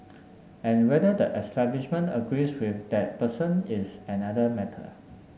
and whether the establishment agrees with that person is another matter